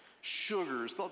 sugars